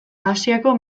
asiako